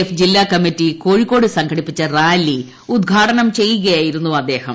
F ജില്ലാ കമ്മറ്റി കോഴിക്കോട് സംഘടിപ്പിച്ച റാലി ഉദ്ഘാടനം ചെയ്യുകയായിരുന്നു അദ്ദേഹം